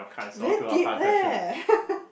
very deep leh